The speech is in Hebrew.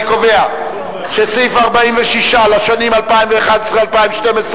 אני קובע שסעיף 46 לשנים 2011, 2012,